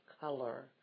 color